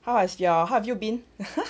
how was your how have you been hah